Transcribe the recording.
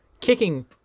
kicking